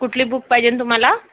कुठली बुक पाहिजेन तुम्हाला